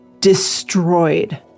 destroyed